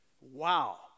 Wow